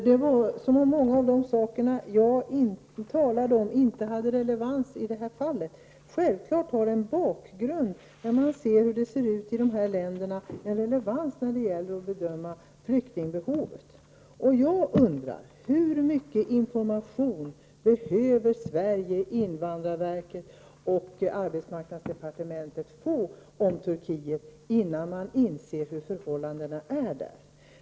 Herr talman! Det verkade som om många av de saker jag talade om inte hade relevans i detta fall. Självfallet har bakgrunden relevans när det gäller att bedöma en flykting när man vet hur det ser ut i dessa länder. Jag undrar hur mycket information Sverige, invandrarverket och arbetsmarknadsdepartementet behöver få om Turkiet innan man inser hur förhållandena är där.